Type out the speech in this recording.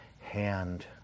hand